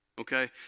okay